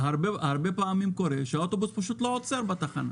הרבה פעמים קורה שהאוטובוס פשוט לא עוצר בתחנה